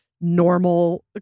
normal